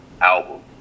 album